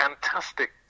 fantastic